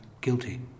guilty